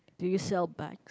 do you sell bags